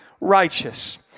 righteous